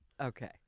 Okay